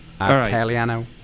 Italiano